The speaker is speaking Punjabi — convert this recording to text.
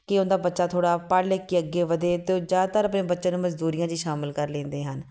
ਕਿ ਉਹਨਾਂ ਦਾ ਬੱਚਾ ਥੋੜ੍ਹਾ ਪੜ੍ਹ ਲਿਖ ਕੇ ਅੱਗੇ ਵਧੇ ਅਤੇ ਉਹ ਜ਼ਿਆਦਾਤਰ ਆਪਣੇ ਬੱਚਿਆਂ ਨੂੰ ਮਜ਼ਦੂਰੀਆਂ 'ਚ ਹੀ ਸ਼ਾਮਿਲ ਕਰ ਲੈਂਦੇ ਹਨ